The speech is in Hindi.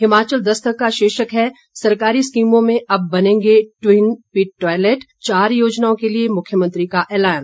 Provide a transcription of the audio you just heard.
हिमाचल दस्तक का शीर्षक है सरकारी स्कीमों में अब बनेंगे टिवन पिट टॉयलेट चार योजनाओं के लिये मुख्यमंत्री का ऐलान